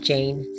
Jane